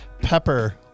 pepper